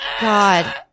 God